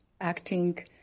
acting